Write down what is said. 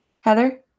heather